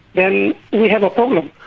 then we have a problem.